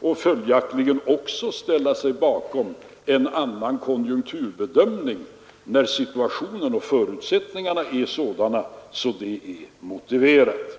och följaktligen också ställa sig bakom en annan konjunkturbedömning, när situationen och förutsättningarna är sådana att det är motiverat.